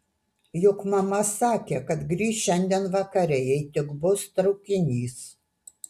juk mama sakė kad grįš šiandien vakare jei tik bus traukinys